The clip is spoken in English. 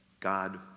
God